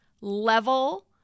level